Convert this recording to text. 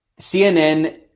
CNN